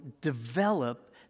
develop